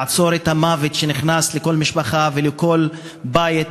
לעצור את המוות שנכנס לכל משפחה ולכל בית,